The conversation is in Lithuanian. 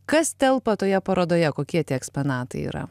kas telpa toje parodoje kokie tie eksponatai yra